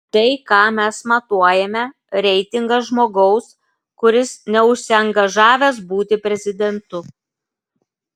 tai ką mes matuojame reitingas žmogaus kuris neužsiangažavęs būti prezidentu